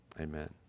amen